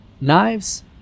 Knives